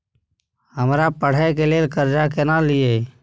हमरा पढ़े के लेल कर्जा केना लिए?